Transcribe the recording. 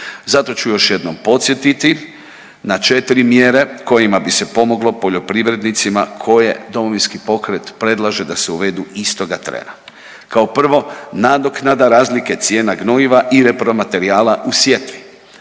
Zato ću još jednom podsjetiti na 4 mjere kojima bi se pomoglo poljoprivrednicima koje Domovinski pokret predlaže da se uvedu istoga trena. Kao prvo, nadoknada razlike cijena gnojiva i repromaterijala u sjetvi.